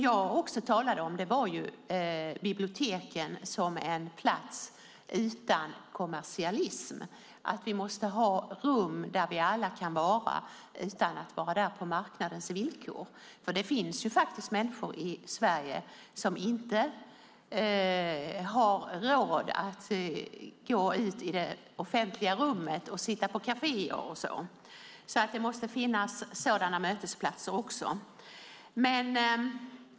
Jag talade om biblioteken som en plats utan kommersialism. Vi måste ha rum där vi alla kan vara utan att vara där på marknadens villkor. Det finns människor i Sverige som inte har råd att gå ut i det offentliga rummet och sitta på kaféer. Det måste också finnas andra mötesplatser.